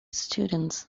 students